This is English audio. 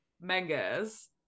mangas